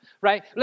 right